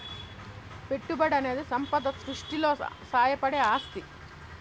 పెట్టుబడనేది సంపద సృష్టిలో సాయపడే ఆస్తి